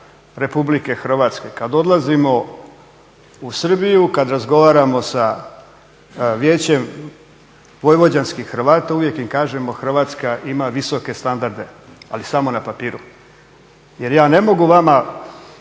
manjina izvan RH kada odlazimo u Srbiju kada razgovaramo sa Vijećem vojvođanskih hrvata uvijek kažemo Hrvatska ima visoke standarde ali samo na papiru jer ja ne mogu vama